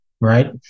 right